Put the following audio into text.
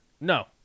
No